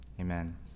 amen